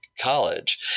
college